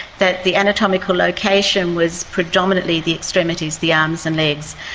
that the anatomical location was predominantly the extremities, the arms and legs,